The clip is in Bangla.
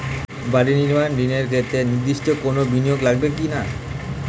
বাড়ি নির্মাণ ঋণের ক্ষেত্রে নির্দিষ্ট কোনো বিনিয়োগ লাগবে কি না?